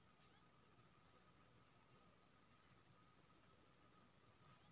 गांहिकी सेबा केँ इमेल कए सेहो करजा केर बारे मे बुझल जा सकैए